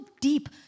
deep